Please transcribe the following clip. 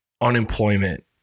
unemployment